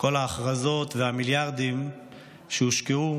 כל ההכרזות והמיליארדים שהושקעו